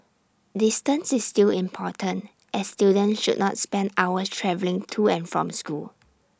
distance is still important as students should not spend hours travelling to and from school